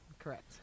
Correct